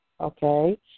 Okay